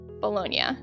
Bologna